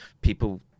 people